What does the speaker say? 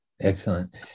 Excellent